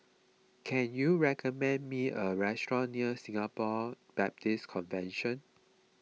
can you recommend me a restaurant near Singapore Baptist Convention